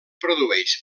produeix